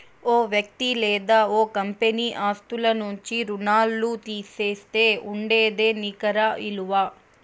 ఓ వ్యక్తి లేదా ఓ కంపెనీ ఆస్తుల నుంచి రుణాల్లు తీసేస్తే ఉండేదే నికర ఇలువ